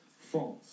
False